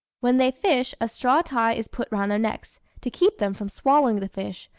when they fish, a straw tie is put round their necks, to keep them from swallowing the fish,